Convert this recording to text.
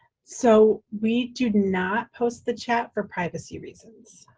so, we do not post the chat for privacy reasons.